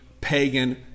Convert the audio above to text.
pagan